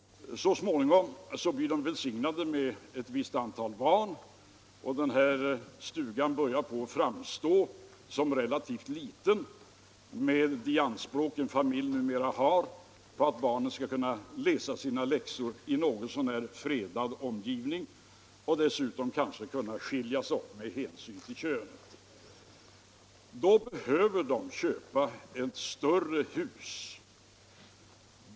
Så småningom blir de välsignade med ett visst antal barn, och stugan börjar framstå som ganska liten med de anspråk en familj numera har på att barnen skall kunna läsa sina läxor i något så när fredad omgivning och dessutom kanske kunna skiljas åt med hänsyn till kön. Då behöver de köpa ett större hus.